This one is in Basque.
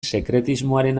sekretismoaren